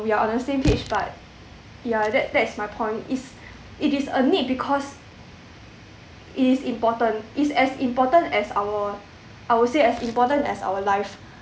we are on the same page but ya that that's my point it's it is a need because it is important it's as important as our I would say as important as our life